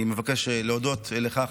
אני מבקש להודות לך,